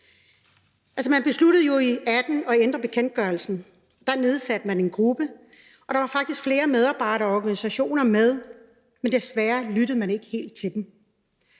man besluttede jo i 2018 at ændre bekendtgørelsen. Der nedsatte man en gruppe, og der var faktisk flere medarbejderorganisationer med, men desværre lyttede man ikke helt til dem.